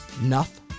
enough